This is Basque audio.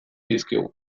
dizkigu